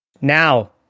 Now